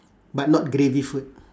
but not gravy food